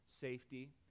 safety